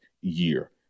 year